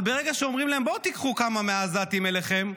אבל ברגע שאומרים להם: בואו תיקחו כמה מהעזתים אליכם,